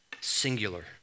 singular